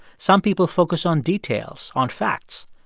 some people focus on details, on facts.